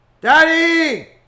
Daddy